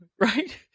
right